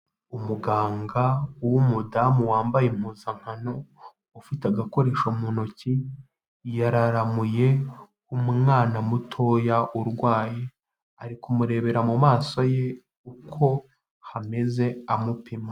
Umuganga w'umudamu wambaye impuzankano ufite agakoresho mu ntoki,. yararamuye umwana mutoya urwaye, ari kumurebera mu maso ye uko hameze amupima.